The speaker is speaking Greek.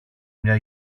μια